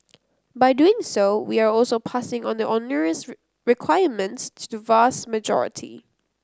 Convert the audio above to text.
by doing so we are also passing on the onerous requirements to the vast majority